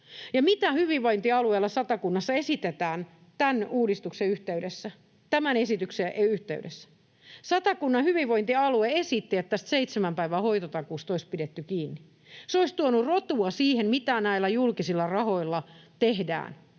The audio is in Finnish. Mitä hyvinvointialueella Satakunnassa esitetään tämän uudistuksen yhteydessä, tämän esityksen yhteydessä? Satakunnan hyvinvointialue esitti, että tästä seitsemän päivän hoitotakuusta olisi pidetty kiinni. Se olisi tuonut rotia siihen, mitä näillä julkisilla rahoilla tehdään.